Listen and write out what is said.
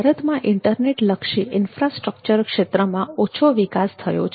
ભારતમાં ઈન્ટરનેટ લક્ષી ઇન્ફ્રાસ્ટ્રક્ચર ક્ષેત્રમાં ઓછો વિકાસ થયો છે